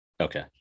okay